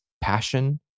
passion